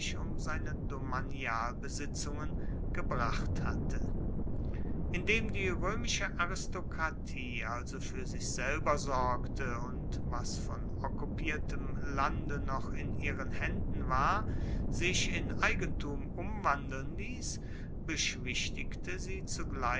seine domanialbesitzungen gebracht hatte indem die römische aristokratie also für sich selber sorgte und was von okkupiertem lande noch in ihren händen war sich in eigentum umwandeln ließ beschwichtigte sie